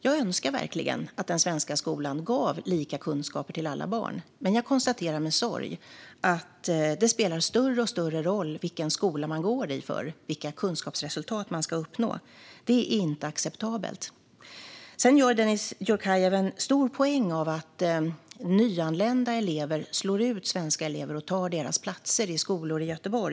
Jag önskar verkligen att den svenska skolan gav lika kunskaper till alla barn, men jag konstaterar med sorg att det spelar större och större roll vilken skola man går i för vilka kunskapsresultat man uppnår. Det är inte acceptabelt. Sedan gör Dennis Dioukarev en stor poäng av att nyanlända elever slår ut svenska elever och tar deras platser i skolor i Göteborg.